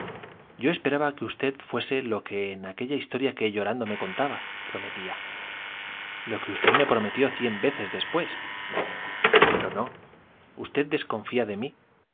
yo esperaba que usted fuese lo que aquella historia que llorando me contaba prometía lo que usted me prometió cien veces después pero no usted desconfía de mí